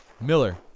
Miller